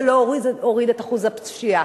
זה לא הוריד את אחוז הפשיעה.